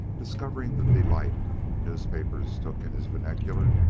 discovering the delight the newspapers took in his vernacular,